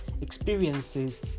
experiences